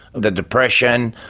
the depression,